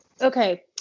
Okay